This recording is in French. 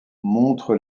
montre